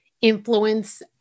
influence